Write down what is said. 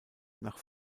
nach